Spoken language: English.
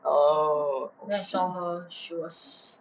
oh